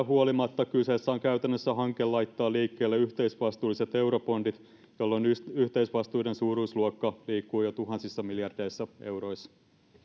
huolimatta kyseessä on käytännössä hanke laittaa liikkeelle yhteisvastuulliset eurobondit jolloin yhteisvastuiden suuruusluokka liikkuu jo tuhansissa miljardeissa euroissa